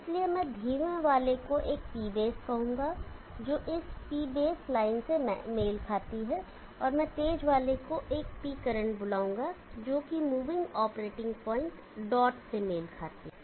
इसलिए मैं धीमे वाले को एक P बेस कहूंगा जो इस P बेस लाइन से मेल खाती है और मैं तेज वाले को एक P करंट बुलाऊंगा जो मूविंग ऑपरेटिंग पॉइंट डॉट से मेल खाती है